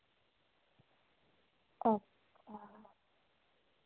अच्छा